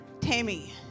Tammy